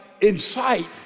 incite